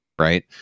right